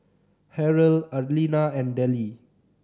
Harrell Arlena and Dellie